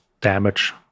damage